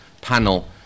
panel